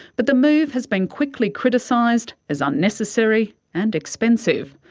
but the move has been quickly criticised as unnecessary and expensive.